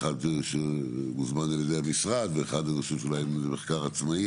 אחד שהוזמן על ידי המשרד ואחד אני חושב שאולי זה מחקר עצמאי,